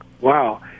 Wow